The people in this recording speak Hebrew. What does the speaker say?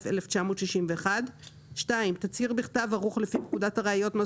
התשכ"א-1961, תצהיר בכתב ערוך לפי פקודת הראיות ,